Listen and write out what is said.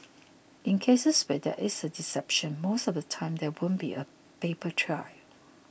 in cases where there is deception most of the time there won't be a paper trail